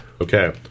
Okay